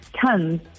tons